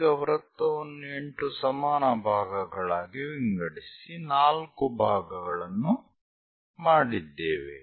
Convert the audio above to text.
ಈಗ ವೃತ್ತವನ್ನು 8 ಸಮಾನ ಭಾಗಗಳಾಗಿ ವಿಂಗಡಿಸಿ 4 ಭಾಗಗಳನ್ನು ಮಾಡಿದ್ದೇವೆ